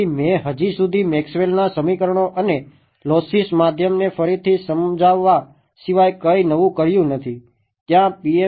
મેં હજી સુધી મેક્સવેલના સમીકરણો અને લોસ્સી માધ્યમને ફરીથી સમજાવવા સિવાય કાંઈ નવું કર્યું નથી ત્યાં PML